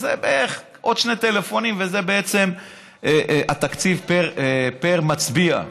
עוד שני טלפונים וזה בעצם התקציב פר מצביע.